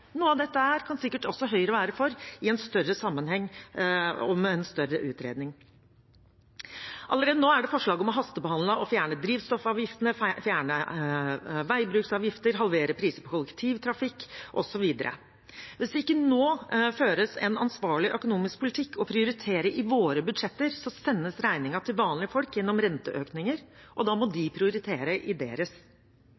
Noe av dette kan sikkert også Høyre være for i en større sammenheng og etter en større utredning. Allerede nå er det forslag om å hastebehandle å fjerne drivstoffavgiftene, fjerne veibruksavgifter, halvere priser på kollektivtrafikk osv. Hvis det ikke nå føres en ansvarlig økonomisk politikk og prioriteres i våre budsjetter, sendes regningen til vanlige folk gjennom renteøkninger, og da må de